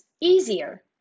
easier